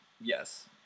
Yes